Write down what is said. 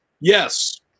Yes